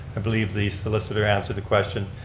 i believe the solicitor answered the question.